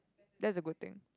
that's a good thing